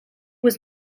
was